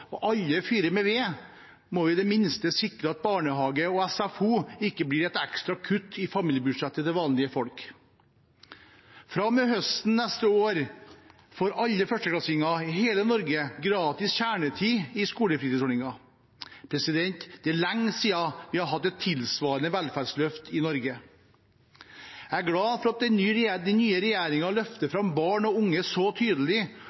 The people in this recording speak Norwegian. og «ælle vi fyrer med ved», må vi i det minste sikre at barnehage og SFO ikke blir et ekstra kutt i familiebudsjettet til vanlige folk. Fra og med høsten neste år får alle førsteklassinger i hele Norge gratis kjernetid i skolefritidsordningen. Det er lenge siden vi har hatt et tilsvarende velferdsløft i Norge. Jeg er glad for at den nye regjeringen løfter fram barn og unge så tydelig,